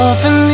Open